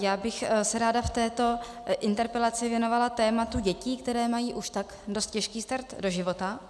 Já bych se ráda v této interpelaci věnovala tématu dětí, které mají už tak dost těžký start do života.